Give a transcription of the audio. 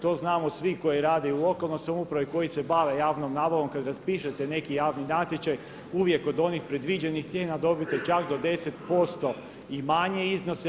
To znamo svi koji rade i u lokalnoj samoupravi i koji se bave javnom nabavom kad raspišete neki javni natječaj uvijek od onih predviđanih cijena dobijete čak do 10% i manje iznose.